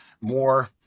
more